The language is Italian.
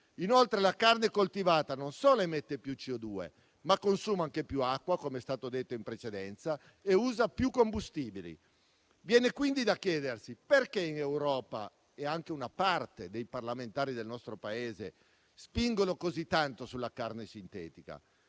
Inoltre la carne coltivata non solo emette più CO2, ma consuma anche più acqua, come è stato detto in precedenza, e usa più combustibili. Viene quindi da chiedersi perché l'Europa e anche una parte dei parlamentari del nostro Paese spingono così tanto sulla carne sintetica.